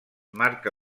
marca